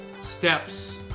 steps